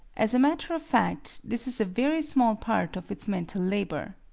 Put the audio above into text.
as a matter of fact, this is a very small part of its mental labour.